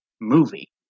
movie